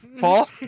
Paul